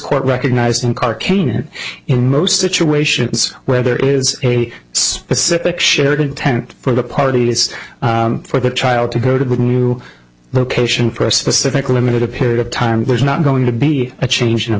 court recognized in car kane and in most situations where there is a specific share content for the parties for the child to go to new location for a specific limited period of time there's not going to be a change an